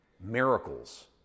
miracles